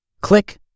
Click